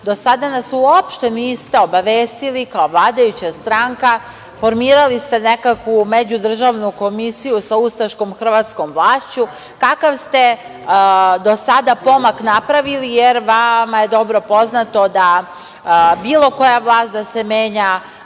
Do sada nas uopšte niste obavestili, kao vladajuća stranka, formirali ste nekakvu međudržavnu Komisiju sa ustaškom hrvatskom vlašću, kakav ste do sada pomak napravili, jer vama je dobro poznato da bilo koja vlast da se menja